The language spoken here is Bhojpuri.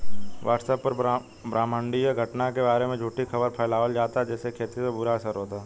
व्हाट्सएप पर ब्रह्माण्डीय घटना के बारे में झूठी खबर फैलावल जाता जेसे खेती पर बुरा असर होता